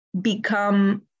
become